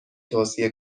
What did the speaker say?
توصیه